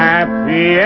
Happy